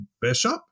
bishop